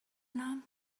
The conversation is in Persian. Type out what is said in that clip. لامپ